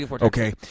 Okay